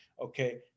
okay